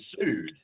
sued